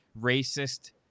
racist